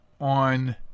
on